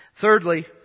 Thirdly